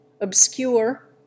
obscure